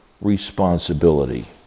responsibility